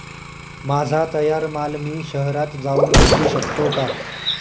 माझा तयार माल मी शहरात जाऊन विकू शकतो का?